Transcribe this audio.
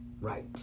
Right